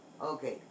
okay